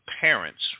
parents